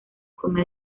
come